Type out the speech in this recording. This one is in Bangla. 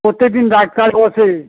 প্রত্যেকদিন ডাক্তার বসে